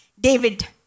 David